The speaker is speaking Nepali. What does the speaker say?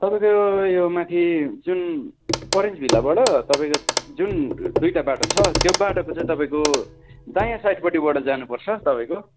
तपाईँको यो माथि जुन ओरेन्ज भिल्लाबाट तपाईँको जुन दुइटा बाटो छ त्यो बाटोको चाहिँ तपाईँको दायाँ साइड पटिबाट जानुपर्छ तपाईँको